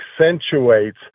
accentuates